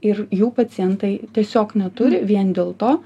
ir jų pacientai tiesiog neturi vien dėl to